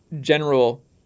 general